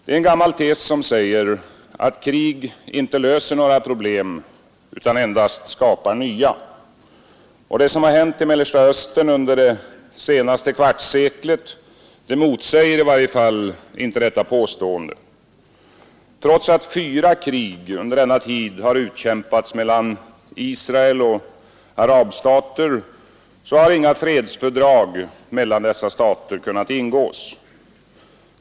En gammal tes säger, att krig inte löser några problem utan endast skapar nya. Vad som har hänt i Mellersta Östern under det senaste kvartsseklet motsäger i varje fall inte detta påstående. Trots att fyra krig under denna tid utkämpats mellan Israel och arabstater har inga fredsfördrag mellan dem kunnat ingås.